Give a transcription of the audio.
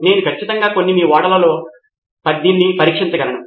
నేను ఖచ్చితంగా కొన్ని మీ ఓడలతో దీనిని పరీక్షించగలను